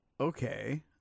okay